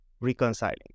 reconciling